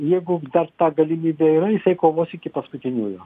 jeigu dar ta galimybė yra jisai kovos iki paskutiniųjų